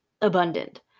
abundant